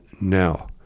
now